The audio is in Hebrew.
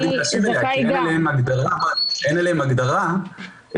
אני מציעה שאני והקרן לחיילים משוחררים